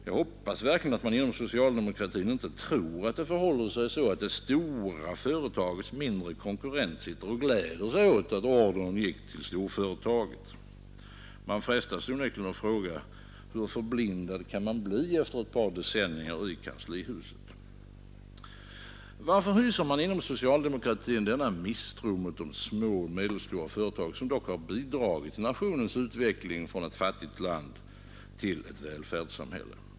Jag hoppas verkligen att man inom socialdemokratin inte tror att det förhåller sig så, att det stora företagets mindre konkurrent sitter och glädjer sig åt att ordern gick till storföretaget. Man frestas onekligen att fråga: Hur förblindad kan man bli efter ett par decennier i kanslihuset? Varför hyser man inom socialdemokratin denna misstro mot de små och medelstora företagen, som dock har bidragit till nationens utveckling från ett fattigt land till ett välfärdssamhälle?